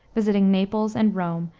visiting naples and rome,